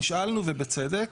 נשאלנו, ובצדק,